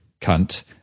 cunt